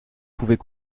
pouvait